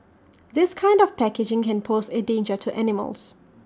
this kind of packaging can pose A danger to animals